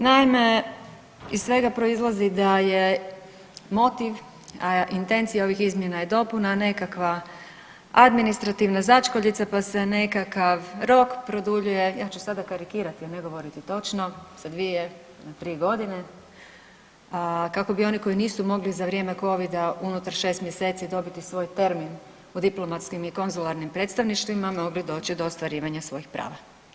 Naime, iz svega proizlazi da je motiv, intencija ovih izmjena je dopuna nekakva, administrativna začkoljica, pa se nekakav rok produljuje, ja ću sada karikirati, ne govoriti točno, sa 2 na 3.g. kako bi oni koji nisu mogli za vrijeme covida unutar 6 mjeseci dobiti svoj termin u diplomatskim i konzularnim predstavništvima mogli doći do ostvarivanja svojih prava.